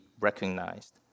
recognized